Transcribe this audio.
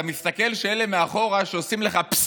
אתה מסתכל שאלה מאחור, שעושים לך פסססט,